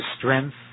strength